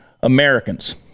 Americans